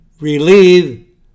relieve